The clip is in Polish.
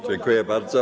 Dziękuję bardzo.